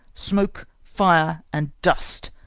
smoke, fire, and dust,